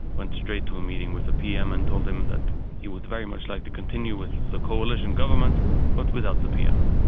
went straight to a meeting with the pm and told him that he would very much like to continue with the coalition government but without the pm.